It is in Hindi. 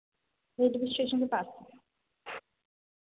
रेलवे स्टेशन के पास